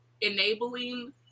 enabling